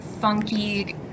funky